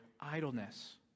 idleness